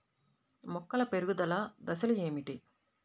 మొక్కల పెరుగుదల దశలు ఏమిటి?